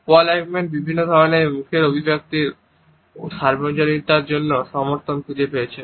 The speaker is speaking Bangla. পল একম্যান বিভিন্ন ধরনের মুখের অভিব্যক্তির সার্বজনীনতার জন্য সমর্থন খুঁজে পেয়েছেন